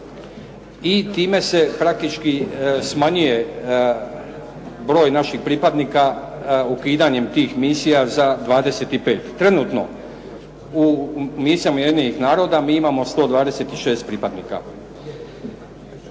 i time se praktički smanjuje broj naših pripadnika ukidanjem tih misija za 25. Trenutno u misijama Ujedinjenih naroda mi imamo 126 pripadnika.